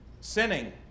sinning